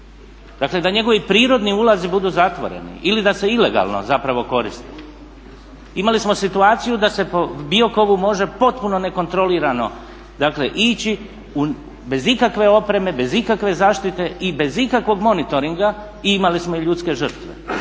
dakle da njegovi prirodni ulazi budu zatvoreni ili da se ilegalno zapravo koristi. Imali smo situaciju da se po Biokovu može potpuno nekontrolirano ići bez ikakve opreme, bez ikakve zaštite i bez ikakvog monitoringa i imali smo i ljudske žrtve.